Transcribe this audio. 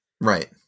Right